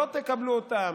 לא תקבלו אותם?